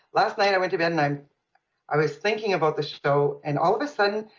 last night, i went to bed and um i was thinking about the show and all of a sudden,